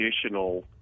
traditional